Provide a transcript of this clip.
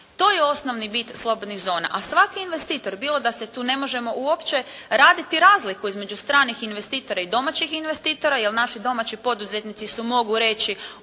To je osnovni bit slobodnih zona. A svaki investitor bilo da se tu ne možemo uopće raditi razliku između stranih investitora i domaćih investitora, jer naši domaći poduzetnici su mogu reći